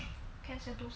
can sentosa